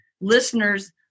listeners